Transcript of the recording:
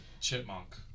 chipmunk